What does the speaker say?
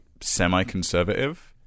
semi-conservative